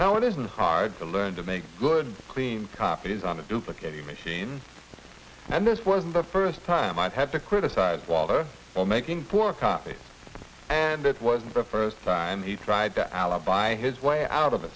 now it isn't hard to learn to make good clean copies on a duplicating machine and this was the first time i've had to criticize walter on making poor copy and it wasn't the first time he'd tried to alibi his way out of a